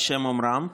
בשם אומרם.